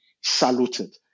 saluted